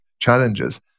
challenges